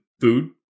food